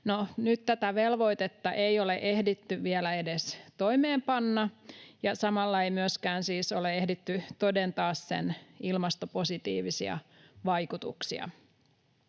nyt tätä velvoitetta ei ole ehditty vielä edes toimeenpanna ja samalla ei myöskään siis ole ehditty todentaa sen ilmastopositiivisia vaikutuksia.